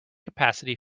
capacity